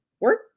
Work